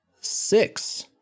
six